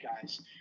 guys